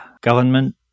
government